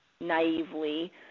naively